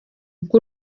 bwo